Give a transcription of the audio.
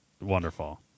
Wonderful